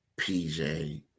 PJ